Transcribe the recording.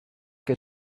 get